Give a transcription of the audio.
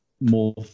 more